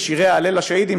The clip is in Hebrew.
ושירי ההלל לשהידים,